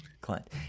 Clint